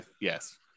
yes